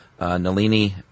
Nalini